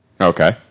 Okay